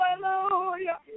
Hallelujah